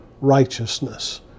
righteousness